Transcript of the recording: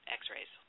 x-rays